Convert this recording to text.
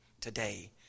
today